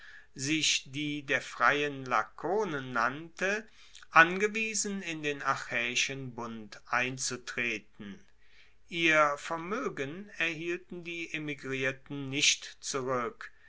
sich die der freien lakonen nannte angewiesen in den achaeischen bund einzutreten ihr vermoegen erhielten die emigrierten nicht zurueck